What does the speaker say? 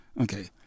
okay